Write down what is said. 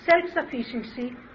self-sufficiency